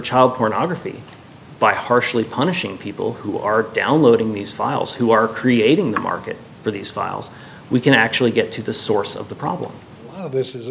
child pornography by harshly punishing people who are downloading these files who are creating the market for these files we can actually get to the source of the problem this is